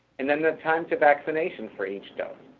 and then the time to vaccination for each dose.